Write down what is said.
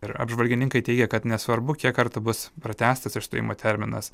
ir apžvalgininkai teigia kad nesvarbu kiek kartų bus pratęstas išstojimo terminas